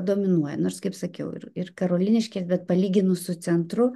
dominuoja nors kaip sakiau ir ir karoliniškės bet palyginus su centru